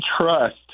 trust